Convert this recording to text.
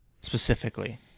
specifically